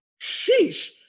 sheesh